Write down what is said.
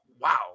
wow